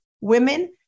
women